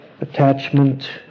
attachment